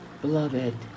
Beloved